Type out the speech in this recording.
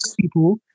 people